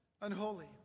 unholy